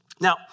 Now